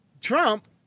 Trump